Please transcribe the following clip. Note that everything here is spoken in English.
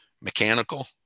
mechanical